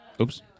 Oops